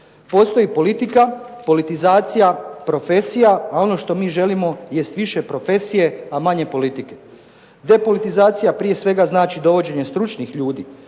"Postoji politika, politizacija, profesija, a ono što mi želimo jest više profesije, a manje politike. Depolitizacija prije svega znači dovođenje stručnih ljudi.